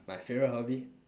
my favourite hobby